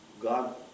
God